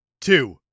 two